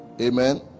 Amen